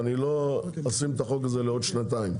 ואני לא אשים את החוק הזה לעוד שנתיים.